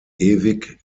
ewig